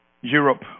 Europe